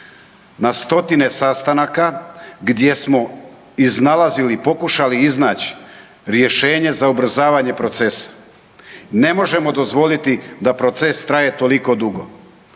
Na stotine sastanaka gdje smo iznalazili, pokušali iznaći rješenje za ubrzavanje procesa. Ne možemo dozvoliti da proces traje toliko dugo.